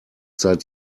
seit